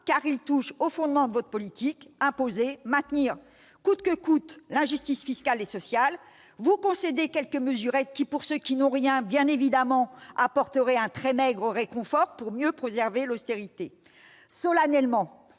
car il touche au fondement de votre politique : imposer, maintenir coûte que coûte l'injustice fiscale et sociale. Vous concédez quelques mesurettes qui, pour ceux qui n'ont rien, apporteraient évidemment un très maigre réconfort pour mieux préserver l'austérité. Solennellement,